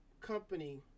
company